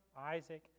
Isaac